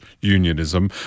unionism